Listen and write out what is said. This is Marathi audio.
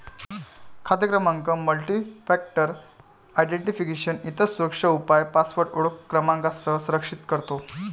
खाते क्रमांक मल्टीफॅक्टर आयडेंटिफिकेशन, इतर सुरक्षा उपाय पासवर्ड ओळख क्रमांकासह संरक्षित करतो